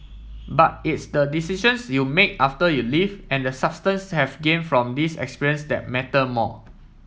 but its the decisions you make after you leave and the substance have gain from this experience that matter more